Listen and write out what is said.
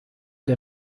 der